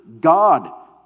God